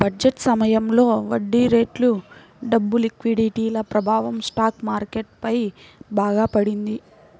budget సమయంలో వడ్డీరేట్లు, డబ్బు లిక్విడిటీల ప్రభావం స్టాక్ మార్కెట్ పై బాగా పడింది